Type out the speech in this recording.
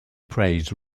praised